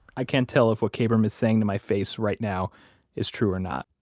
i can't tell if what kabrahm is saying to my face right now is true or not.